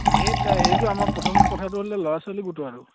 অঁ এই সেইটো আমাৰ প্ৰথম কথাটো হ'লে ল'ৰা ছোৱালী গোটোৱাটো